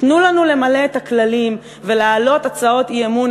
תנו לנו למלא את הכללים ולהעלות הצעות אי-אמון,